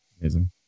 Amazing